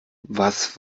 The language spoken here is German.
was